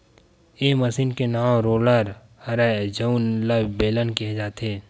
ए मसीन के नांव रोलर हरय जउन ल बेलन केहे जाथे